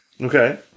Okay